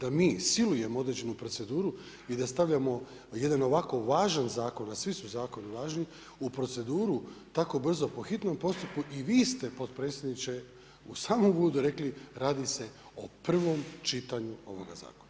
da mi silujemo određenu proceduru i da stavljamo jedan ovako važan zakon a svi su zakoni važni, u proceduru tako brzo po hitno postupku i vi ste potpredsjedniče, u samom uvodu rekli radi se o prvom čitanju ovoga zakona.